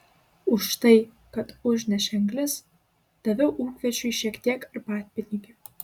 už tai kad užnešė anglis daviau ūkvedžiui šiek tiek arbatpinigių